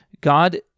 God